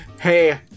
hey